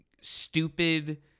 stupid